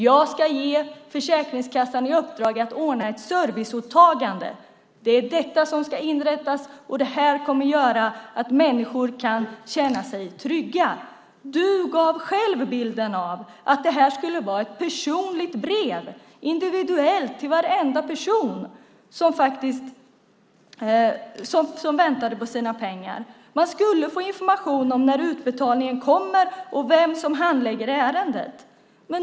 Jag ska ge Försäkringskassan i uppdrag att ordna ett serviceåtagande. Det är detta som ska inrättas, och det kommer att göra att människor kan känna sig trygga. Ministern gav själv bilden av att det skulle vara ett personligt brev, individuellt till varenda person som väntade på sina pengar. Man skulle få information om när utbetalningen kommer och om vem som handlägger ärendet.